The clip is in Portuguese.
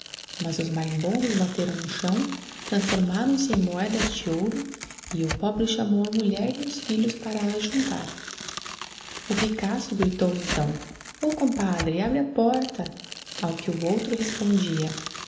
mas os marimbondos bateram no chão transformaram-se em moedas de ouro e eu pobre chamou a mulher e os filhos para as ajuntar o ricaço gritou então o compadre abre a porta ao que o outro respondia